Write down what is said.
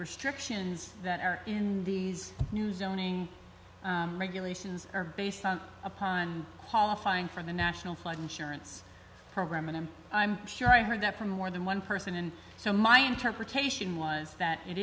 restrictions that are in these new zone regulations are based upon qualifying for the national flood insurance program and i'm sure i heard that from more than one person and so my interpretation was that it